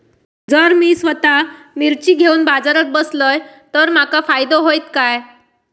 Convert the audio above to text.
जर मी स्वतः मिर्ची घेवून बाजारात बसलय तर माका फायदो होयत काय?